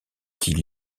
qu’il